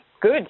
Good